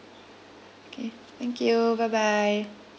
K thank you bye bye